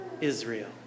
Israel